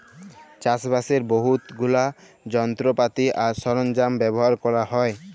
চাষবাসের বহুত গুলা যলত্রপাতি আর সরল্জাম ব্যাভার ক্যরা হ্যয়